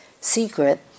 secret